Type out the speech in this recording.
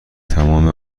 تمام